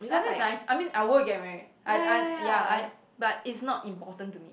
ya that's nice I mean I would get married I I ya I but it's not important to me